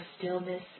stillness